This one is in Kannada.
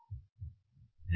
m 1